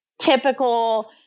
typical